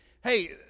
Hey